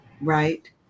right